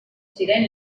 ziren